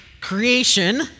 Creation